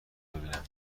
ببینم